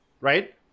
right